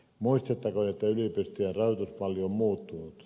muistettakoon että yliopistojen rahoitusmalli on muuttunut